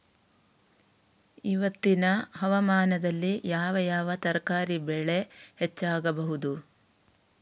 ಇವತ್ತಿನ ಹವಾಮಾನದಲ್ಲಿ ಯಾವ ಯಾವ ತರಕಾರಿ ಬೆಳೆ ಹೆಚ್ಚಾಗಬಹುದು?